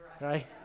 right